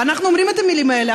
ואנחנו אומרים את המילים האלה,